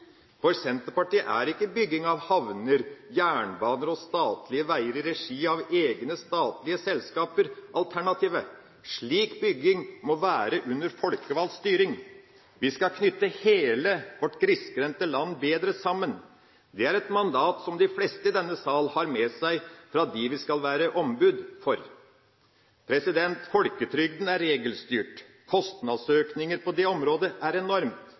For Senterpartiet er ikke bygging av havner, jernbaner og statlige veier i regi av egne statlige selskaper alternativet. Slik bygging må være under folkevalgt styring. Vi skal knytte hele vårt grisgrendte land bedre sammen. Det er et mandat de fleste i denne sal har med seg fra dem vi skal være ombud for. Folketrygden er regelstyrt. Kostnadsøkninger på det området er